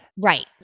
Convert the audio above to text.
Right